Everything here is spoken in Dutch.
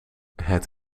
het